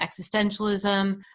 existentialism